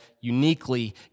uniquely